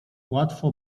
łatwo